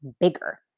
bigger